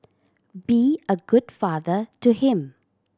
be a good father to him